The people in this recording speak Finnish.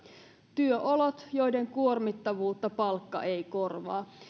työolot joiden kuormittavuutta palkka ei korvaa